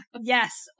Yes